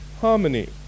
harmony